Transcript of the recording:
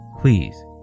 please